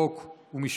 חוק ומשפט.